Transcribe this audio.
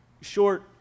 short